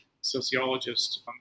sociologist